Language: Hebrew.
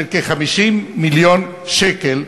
של כ-50 מיליון שקל,